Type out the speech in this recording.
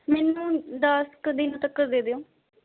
ਮੈਨੂੰ ਦਸ ਕੁ ਦਿਨਾਂ ਤੱਕ ਦੇ ਦਿਓ